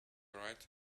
write